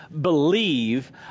believe